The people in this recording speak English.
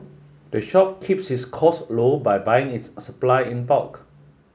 the shop keeps its costs low by buying its supply in bulk